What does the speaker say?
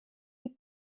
die